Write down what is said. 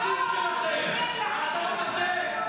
הרסתם את הבתים.